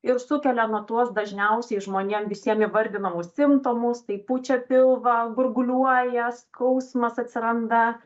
ir sukelia na tuos dažniausiai žmonėm visiem įvardinamus simptomus tai pučia pilvą gurguliuoja skausmas atsiranda